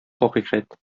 хакыйкать